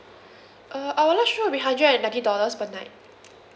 uh our large room will be hundred and ninety dollars per night